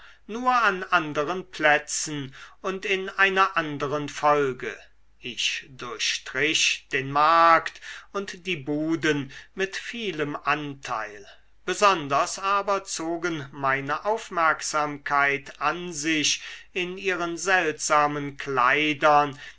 nur an anderen plätzen und in einer anderen folge ich durchstrich den markt und die buden mit vielem anteil besonders aber zogen meine aufmerksamkeit an sich in ihren seltsamen kleidern